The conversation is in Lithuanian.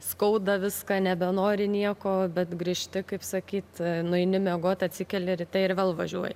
skauda viską nebenori nieko bet grįžti kaip sakyt nueini miegot atsikeli ryte ir vėl važiuoji